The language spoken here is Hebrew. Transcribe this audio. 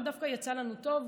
אבל דווקא יצא לנו טוב,